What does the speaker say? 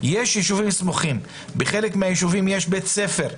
יש יישובים סמוכים, בחלק מהיישובים יש בית ספר.